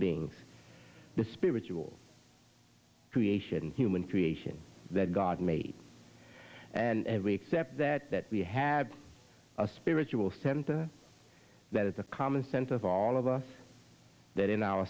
beings the spiritual creation human creation that god made and we accept that that we have a spiritual center that is the common sense of all of us that in our